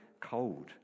cold